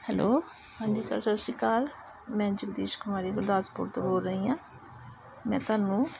hello ਹਾਂਜੀ sir ਸਤਿ ਸ਼੍ਰੀ ਅਕਾਲ ਮੈਂ ਜਗਦੀਸ਼ ਕੁਮਾਰੀ ਗੁਰਦਾਸਪੁਰ ਤੋਂ ਬੋਲ ਰਹੀ ਹਾਂ ਮੈਂ ਤੁਹਾਨੂੰ